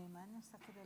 חבריי חברי הכנסת,